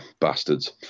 bastards